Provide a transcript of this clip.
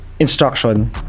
instruction